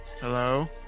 Hello